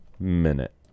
minute